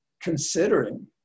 considering